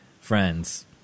friends